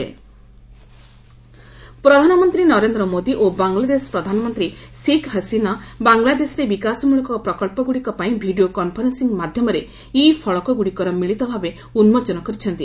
ଇଭ୍ PM projects ପ୍ରଧାନମନ୍ତ୍ରୀ ନରେନ୍ଦ୍ର ମୋଦି ଓ ବାଙ୍ଗଲାଦେଶ ପ୍ରଧାନମନ୍ତ୍ରୀ ଶେଖ୍ ହସିନା ବାଙ୍ଗଲାଦେଶରେ ବିକାଶମୂଳକ ପ୍ରକଚ୍ଚଗୁଡ଼ିକ ପାଇଁ ଭିଡ଼ିଓ କନ୍ଫରେନ୍ସିଂ ମାଧ୍ୟମରେ ଇ ଫଳକଗୁଡ଼ିକର ମିଳିତ ଭାବେ ଉନ୍ଲୋଚନ କରିଛନ୍ତି